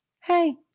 Hey